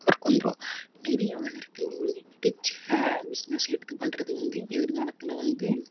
work வந்துடும் நிறைய வேலை இருக்குது உங்களுக்கு பிடிச்ச பிஸ்னெஸ் எடுத்து பண்ணுறது வந்து எதிர் காலத்தில் வந்து